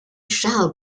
shall